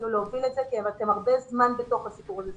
להוביל את זה כי אתם הרבה זמן בתוך הסיפור הזה.